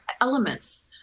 elements